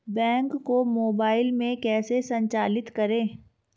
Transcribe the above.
Bank को mobile में कैसे संचालित करें?